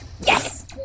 Yes